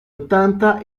ottanta